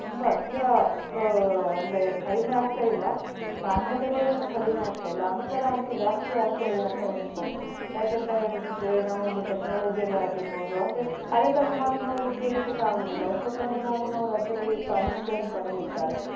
ತುಂಬ ತೀರಾ ಅಂದರೆ ಕಡಿಮೆ ಆಗ್ತಾ ಇಲ್ಲ ಸಾಮ್ಯತೆಗಳು ಏನು ಕಡಿಮೆ ಆಗ್ತಾ ಇಲ್ಲ ಅಂತರ ಅಂತೂ ಜಾಸ್ತಿ ಆಗ್ತಾ ಇದೆ ಅಂತ ಎಣಿಸ್ಬೌದು ಯಾಕೆ ಅಂತ ಹೇಳಿದರೆ ನಾವು ಒಂದು ಟೆಕ್ನಾಲಜಿಯಲ್ಲಿ ಆಗಿರ್ಬೌದು ಅಂದರೆ ಹಳೆ ತಲೆಮಾರಿನವರು ಉಪಯೋಗಿಸ್ಲಿಕ್ಕೆ ಆಗೋದಿಲ್ಲ ಹೊಸ ತಲೆಮಾರಿನವರು ಅದರಲ್ಲಿ ಪ್ರಾವೀಣ್ಯತೆಯನ್ನು ಪಡೆದಿರ್ತಾರೆ